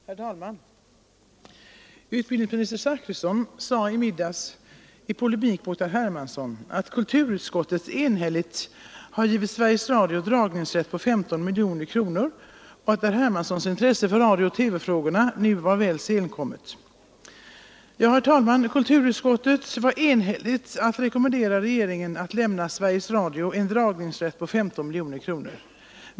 Herr talman! Utbildningsminister Zachrisson sade i middags i polemik mot herr Hermansson att kulturutskottet enhälligt har givit Sveriges Radio dragningsrätt på 15 miljoner kronor samt att herr Hermanssons intresse för radiooch TV-frågorna nu var väl senkommet. Ja, herr talman, kulturutskottet var enhälligt när man rekommenderade regeringen att lämna Sveriges Radio en dragningsrätt på 15 miljoner.